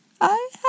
I